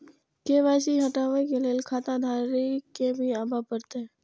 KYC हटाबै के लैल खाता धारी के भी आबे परतै?